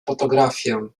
fotografię